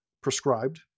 prescribed